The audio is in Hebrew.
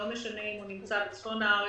ולא משנה אם הוא נמצא בצפון הארץ,